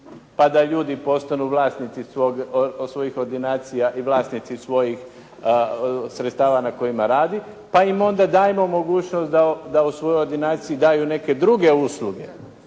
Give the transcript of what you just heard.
pa da ljudi postanu vlasnici svojih ordinacija i vlasnici svojih sredstava na kojima radi, pa im onda dajmo mogućnost da u svojoj ordinaciji daju neke druge usluge